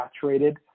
saturated